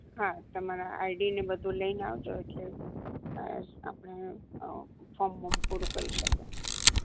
હા તમારા આઈડીને બધું લઇને આવજો એટલે આપણે ફોમ બોર્મ પૂરું કરી શકે